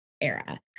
era